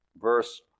verse